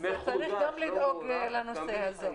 אז צריך גם לדאוג לנושא הזה.